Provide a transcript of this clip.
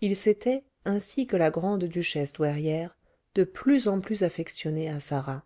il s'était ainsi que la grande-duchesse douairière de plus en plus affectionné à sarah